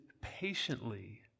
patiently